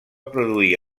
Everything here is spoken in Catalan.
produir